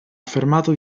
affermato